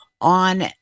on